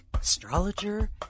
astrologer